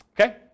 Okay